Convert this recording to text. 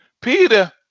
Peter